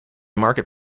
market